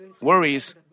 worries